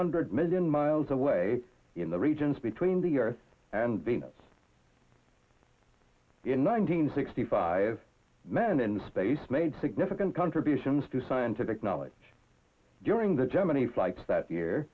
hundred million miles away in the regions between the earth and venus in one hundred sixty five men in space made significant contributions to scientific knowledge during the gemini flights that year